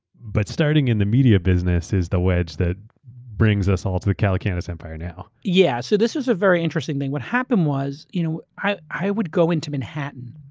but starting in the media business as the wedge that brings us all to the calacanis empire now. yeah so this is a very interesting thing. what happened was, you know i i would go into manhattan